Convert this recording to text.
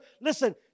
Listen